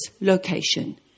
location